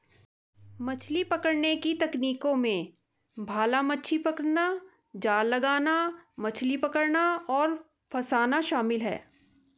मछली पकड़ने की तकनीकों में भाला मछली पकड़ना, जाल लगाना, मछली पकड़ना और फँसाना शामिल है